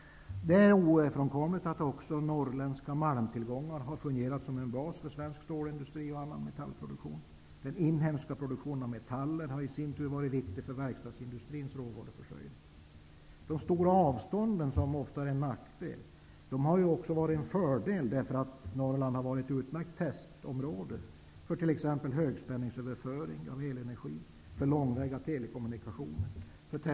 Det är ovedersägligt att de norrländska malmtillgångarna har fungerat som bas för svensk stålindustri och annan metallproduktion. Den inhemska produktionen av metaller har i sin tur varit viktig för verkstadsindustrins råvaruförsörjning. De stora avstånden i Norrland, som ofta är en nackdel, har också varit en fördel, eftersom Norrland har varit ett utmärkt testområde t.ex. för högspänningsöverföring av elenergi och för långväga telekommunikationer.